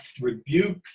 rebuke